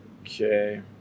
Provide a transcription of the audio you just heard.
Okay